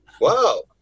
Wow